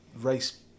race